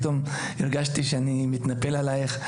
פתאום הרגשתי שאני מתנפל עליך.